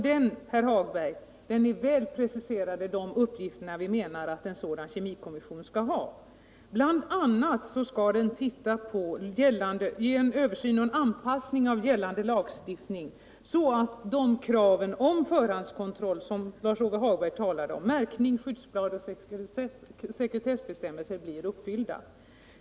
Det är väl preciserat, herr Hagberg, vilka uppgifter som vi menar att kommissionen skall ha. Bl.a. skall den göra en översyn av gällande lagstiftning och föreslå en anpassning av denna så att kraven om förhandskontroll, som Lars-Ove Hagberg talar om, märkning, skyddsblad och säkerhetsbestämmelser blir uppfyllda.